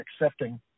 accepting